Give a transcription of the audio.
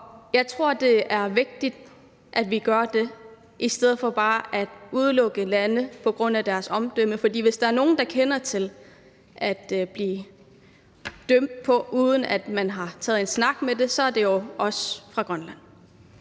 Jeg tror, det er vigtigt, at vi gør det i stedet for bare at udelukke lande på grund af deres omdømme, for hvis der er nogen, der kender til at blive dømt, uden at man har taget en snak med dem, så er det jo os fra Grønland.